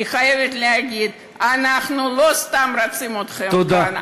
היא חייבת להגיד: אנחנו לא סתם רוצים אתכם כאן,